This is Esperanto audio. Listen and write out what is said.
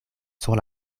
sur